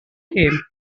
him